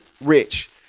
rich